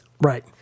right